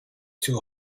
too